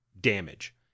Damage